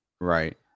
Right